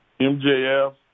MJF